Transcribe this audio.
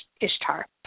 Ishtar